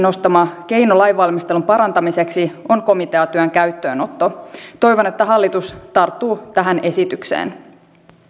tämä on asia jota on tämän vaalikauden aikana selontekoprosesseissa katsottava etenkin tässä uudessa puolustusselonteossa